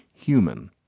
human.